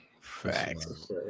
Facts